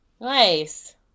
Nice